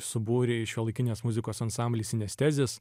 subūrei šiuolaikinės muzikos ansamblį synaesthesis